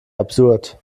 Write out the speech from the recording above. absurd